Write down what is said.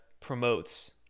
promotes